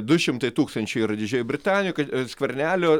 du šimtai tūkstančių yra didžiojoj britanijoj kad skvernelio